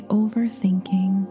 overthinking